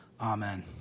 Amen